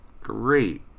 Great